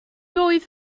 oedd